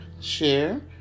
share